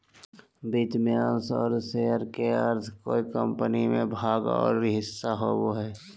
वित्त में अंश और शेयर के अर्थ कोय कम्पनी में भाग और हिस्सा होबो हइ